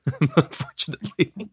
Unfortunately